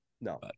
No